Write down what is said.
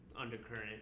undercurrent